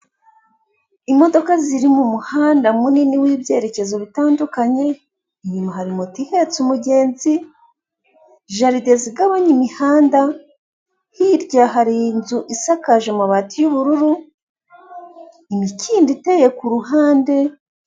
Imodoka ziri mu muhanda munini w'ibyerekezo bitandukanye, inyuma hari moto ihetse umugenzi, jarde zigabanya imihanda. Hirya hari inzu isakaje amabati y'ubururu, imikindo iteye kuruhande.